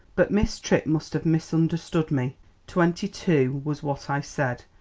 but miss tripp must have misunderstood me twenty-two was what i said,